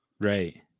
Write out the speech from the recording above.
Right